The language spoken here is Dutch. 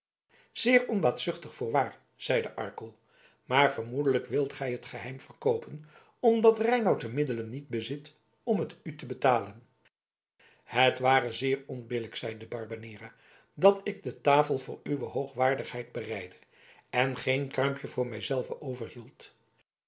zeer onbaatzuchtig voorwaar zeide arkel maar vermoedelijk wilt gij mij het geheim verkoopen omdat reinout de middelen niet bezit om het u te betalen het ware zeker onbillijk zeide barbanera dat ik de tafel voor uwe hoogwaardigheid bereidde en geen kruimpje voor mij